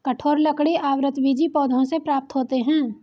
कठोर लकड़ी आवृतबीजी पौधों से प्राप्त होते हैं